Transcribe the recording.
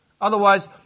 Otherwise